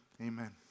amen